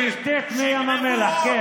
שישתה את מי ים המלח.